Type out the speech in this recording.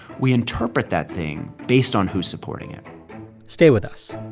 we interpret that thing based on who's supporting it stay with us